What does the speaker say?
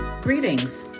Greetings